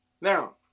Now